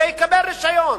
זה יקבל רשיון.